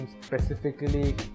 specifically